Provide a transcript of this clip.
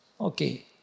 okay